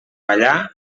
ballar